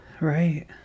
Right